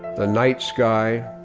the night sky,